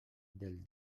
del